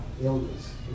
illness